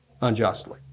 unjustly